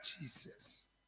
Jesus